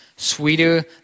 Sweeter